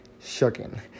shocking